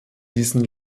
diesen